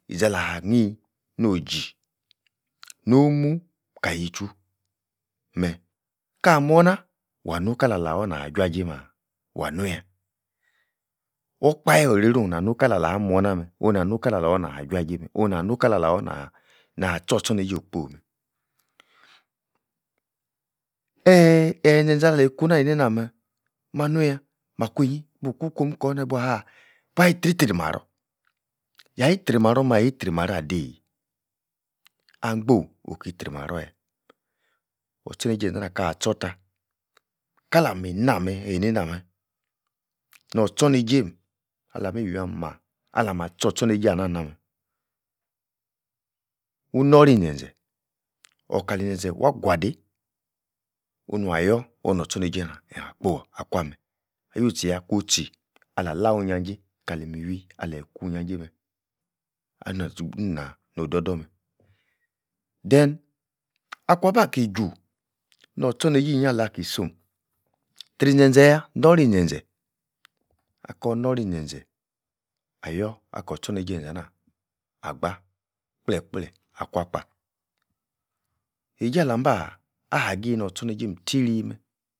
Izi-ala-hnim no'h-ji, no'h-mu, kayi-chwu-meh kamor-nah, waa-nu kala-lah-wah nah jua-jei mah? wa-nu-yah! okpahe oreiru nahu kala-la muor-nah meh onu-nah-nu kala-lor, nah jua-jei meh onu-nah-nu kala-lor-nah-na-tchor-tchor neijei okpoi-meh. Eeeeh-eyi-zen-zen aleyi kunah-einei-na-meh, mah-nu-yah, makwiyi-bu-ku-kwo'm nika nor-nah-buaha buiyi-tri-tri-marror, yitri-marror-meh yitri-marror adeiyi? Angboh oki-tri marror-yah or-tchor-neijei enza-nah, akah-tchor-tah, kala-mi nah meh eineina-meh, nor-tchor neijeim alah-miwui-amah alah-mah tchorptchor neijei-ah-nah-na-meh, wunori-zen-zen. okah-li-zen-zen wah-gwadei, ohn-nua-yor ohnor tchor-neijei nia-kpo-agwah-meh, ah-you-tchi-yah ku- alah-la-wii injajei, kali-miwui aleyi ku-nijajei meh, ahnou nunah-no'h dor-dor meh. Then akuan-bah ki-chwu, nor-tchor-neijei-inyi-ala-ki so'm, lri-zen-zen yah norri-zen-zen akor-nori zen-zen, ayor-akor-tchorneijei enza-nah agba kpleh-kpleh akwa-kpah. Eijei-alam-bah ahagi nor-tchorneijeim tiri-meh